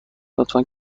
لطفا